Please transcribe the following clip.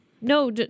No